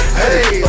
hey